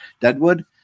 Deadwood